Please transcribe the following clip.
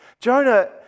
Jonah